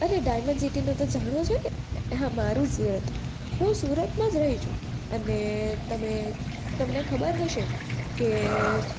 અરે ડાયમંડ સિટીનું તો જાણો છો ને હા મારું સુરત હું સુરતમાં જ રહી છું અને તમે તમને ખબર હશે કે